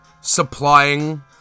supplying